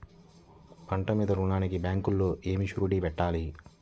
పంట మీద రుణానికి బ్యాంకులో ఏమి షూరిటీ పెట్టాలి?